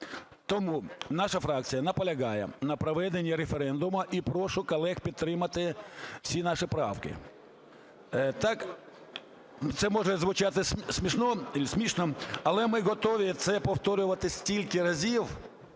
Тому наша фракція наполягає на проведенні референдуму. І прошу колег підтримати всі наші правки. Це може звучати смішно, але ми готові це повторювати стільки разів